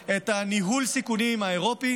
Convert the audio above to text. את ניהול הסיכונים האירופי,